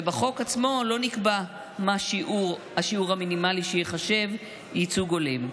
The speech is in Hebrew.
ובחוק עצמו לא נקבע מה השיעור המינימלי שייחשב ייצוג הולם.